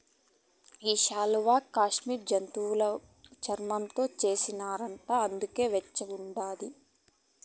ఈ శాలువా కాశ్మీరు జంతువుల ఉన్నితో చేస్తారట అందుకే సోగ్గుండాది